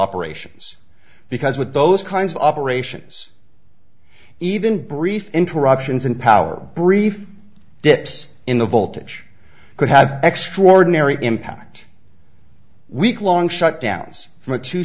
operations because with those kinds of operations even brief interruptions in power brief dips in the voltage could have extraordinary impact weeklong shutdowns from a two